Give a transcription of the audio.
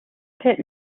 pit